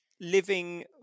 Living